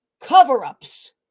cover-ups